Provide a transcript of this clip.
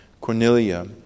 Cornelia